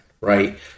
right